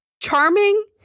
charming